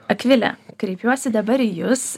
akvile kreipiuosi dabar į jus